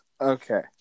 Okay